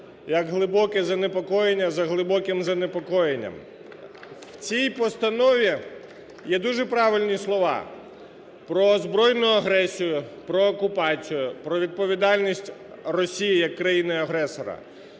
як глибоке занепокоєння за глибоким занепокоєнням. В цій постанові є дуже правильні слова про збройну агресію, про окупацію, про відповідальність Росії як країни-агресора.